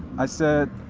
i said,